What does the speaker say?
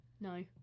No